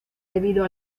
debido